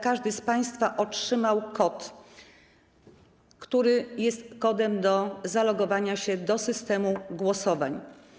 Każdy z państwa otrzymał kod, który jest kodem do zalogowania się do systemu głosowań.